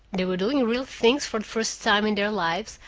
they were doing real things for the first time in their lives,